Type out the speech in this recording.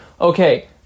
Okay